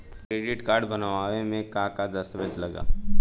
Credit card बनवावे म का का दस्तावेज लगा ता?